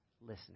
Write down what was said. listening